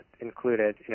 included